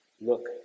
look